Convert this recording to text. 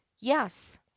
yes